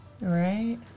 Right